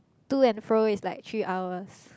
to and fro is like three hours